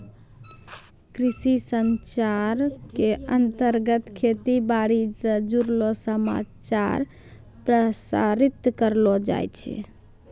कृषि संचार के अंतर्गत खेती बाड़ी स जुड़लो समाचार प्रसारित करलो जाय छै